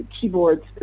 keyboards